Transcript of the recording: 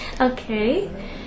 Okay